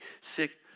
sick